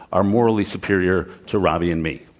are morally superior to robby and me.